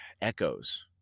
echoes